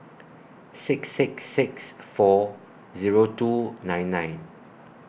six six six four Zero two nine nine